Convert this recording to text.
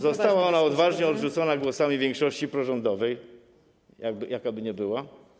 Została ona odważnie odrzucona głosami większości prorządowej, jakakolwiek by ona była.